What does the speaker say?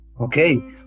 Okay